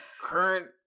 current